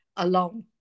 alone